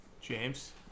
James